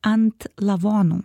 ant lavonų